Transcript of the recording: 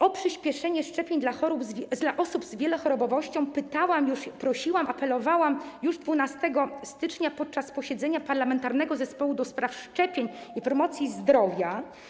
O przyspieszenie szczepień dla osób z wielochorobowością pytałam, prosiłam, apelowałam już 12 stycznia podczas posiedzenia Parlamentarnego Zespołu ds. Szczepień i Promocji Zdrowia.